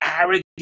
arrogant